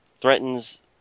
threatens